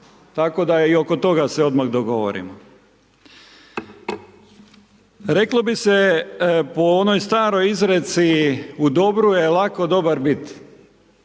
tako da i oko toga se odmah dogovorimo. Reklo bi se po onoj staroj izreci u dobru je lako dobar biti,